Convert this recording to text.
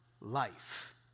life